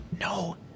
no